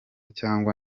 cyangwa